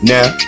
Now